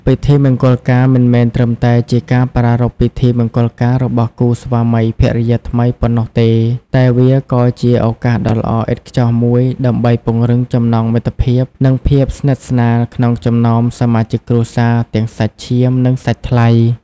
ពិធីមង្គលការមិនមែនត្រឹមតែជាការប្រារព្ធពិធីមង្គលការរបស់គូស្វាមីភរិយាថ្មីប៉ុណ្ណោះទេ តែវាក៏ជា ឱកាសដ៏ល្អឥតខ្ចោះមួយដើម្បីពង្រឹងចំណងមិត្តភាព និងភាពស្និទ្ធស្នាលក្នុងចំណោមសមាជិកគ្រួសារ ទាំងសាច់ឈាម និងសាច់ថ្លៃ។